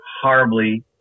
horribly